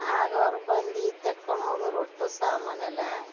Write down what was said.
ಆಗ ಅವ್ರು ಬಂದು ತೆಕ್ಕೊಂಡು ಹೋದರು ಅಷ್ಟು ಸಾಮಾನು ಎಲ್ಲ